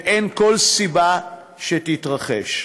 ואין כל סיבה שתתרחש.